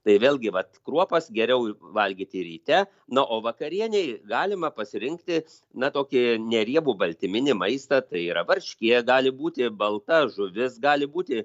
tai vėlgi vat kruopas geriau valgyti ryte na o vakarienei galima pasirinkti na tokį neriebų baltyminį maistą tai yra varškė gali būti balta žuvis gali būti